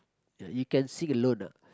ya you can sing alone ah